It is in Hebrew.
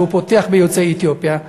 שהוא פותח ביוצאי אתיופיה.